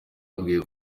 akwiye